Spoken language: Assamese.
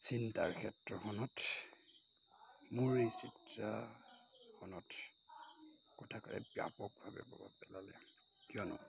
চিন্তাৰ ক্ষেত্ৰখনত মোৰ এই চিত্ৰখনত কথাষাৰে ব্যাপকভাৱে প্ৰভাৱ পেলালে কিয়নো